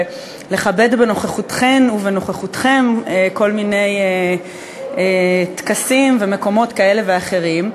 ולכבד בנוכחותכן ובנוכחותכם כל מיני טקסים ומקומות כאלה ואחרים.